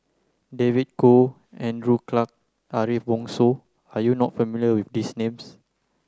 David Kwo Andrew Clarke Ariff Bongso are you not familiar with these names